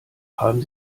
haben